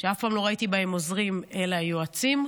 שאף פעם לא ראיתי בהם עוזרים אלא יועצים.